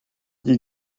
you